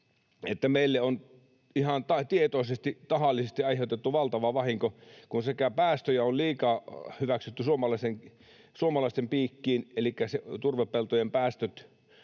meille on ihan tietoisesti ja tahallisesti aiheutettu valtava vahinko, kun päästöjä on liikaa hyväksytty suomalaisten piikkiin, elikkä turvepeltojen päästöt